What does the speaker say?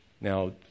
Now